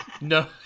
No